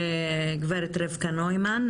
הגברת רבקה נוימן,